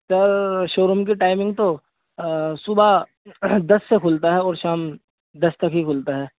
سر showroom کی timing تو صبح دس سے کھلتا ہے اور شام دس تک ہی کھلتا ہے